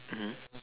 mmhmm